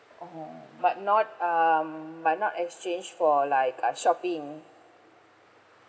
oh but not um but not exchange for like uh shopping